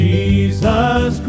Jesus